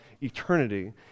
eternity